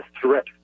threat